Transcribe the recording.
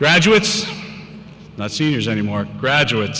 graduates not seniors anymore graduate